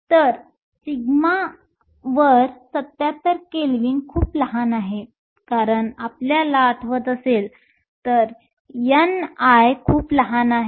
तर σ वर 77 केल्विन खूप लहान आहे कारण जर आपल्याला आठवत असेल तर ni खूप लहान आहे